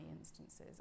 instances